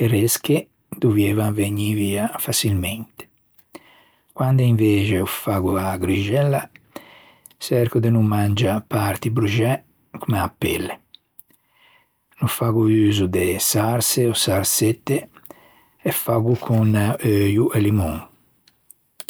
E resche dovieivan vegnî via façilmente. Quande invexe ô faggo a-a grixella, çerco de no mangiâ parti bruxæ comme a pelle. No faggo uso de sarse ò sarsette e faggo con euio e limon.